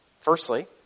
Firstly